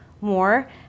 more